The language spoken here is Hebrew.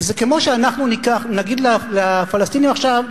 זה כמו שאנחנו נגיד לפלסטינים עכשיו: